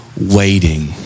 Waiting